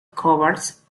coverts